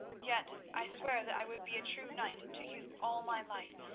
yet i swear that i would be a true knight to you all my life,